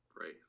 right